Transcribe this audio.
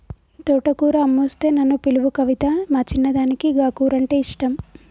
తోటకూర అమ్మొస్తే నన్ను పిలువు కవితా, మా చిన్నదానికి గా కూరంటే ఇష్టం